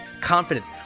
confidence